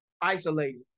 isolated